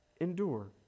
endure